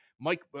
Mike